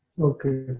Okay